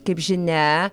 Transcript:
kaip žinia